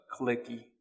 clicky